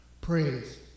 praise